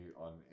on